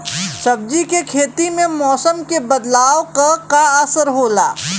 सब्जी के खेती में मौसम के बदलाव क का असर होला?